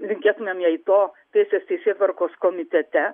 linkėtumėm jai to teisės teisėtvarkos komitete